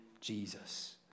Jesus